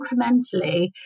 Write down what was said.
incrementally